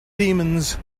demons